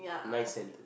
nice scented